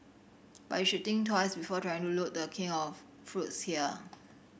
but you should think twice before trying to loot The King of fruits here